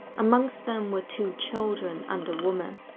amongst them were two children and woman.